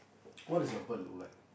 what is your bird look like